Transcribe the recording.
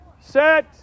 Set